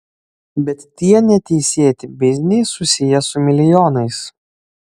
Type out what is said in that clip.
bet tie neteisėti bizniai susiję su milijonais